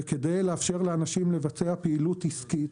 וכדי לאפשר לאנשים לבצע פעילות עסקית,